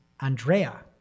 Andrea